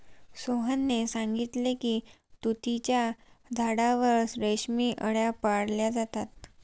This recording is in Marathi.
सोहनने सांगितले की तुतीच्या झाडावर रेशमी आळया पाळल्या जातात